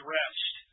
rest